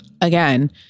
again